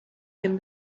them